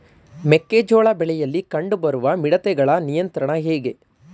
ಮೆಕ್ಕೆ ಜೋಳ ಬೆಳೆಯಲ್ಲಿ ಕಂಡು ಬರುವ ಮಿಡತೆಗಳ ನಿಯಂತ್ರಣ ಹೇಗೆ?